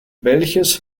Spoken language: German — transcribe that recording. welches